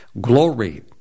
Glory